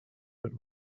but